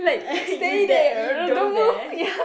you dare you don't dare